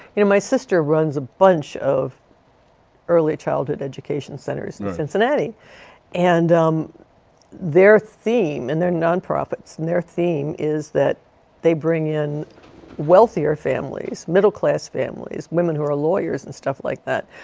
you know my sister runs a bunch of early childhood education centers in cincinnati and their theme, and they're nonprofits, and their theme is that they bring in wealthier families, middle class families, women who are a lawyers and stuff like that,